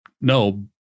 no